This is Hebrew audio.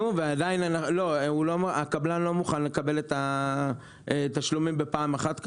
הקבלן לא מוכן לקבל את התשלומים בפעם אחת,